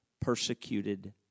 persecuted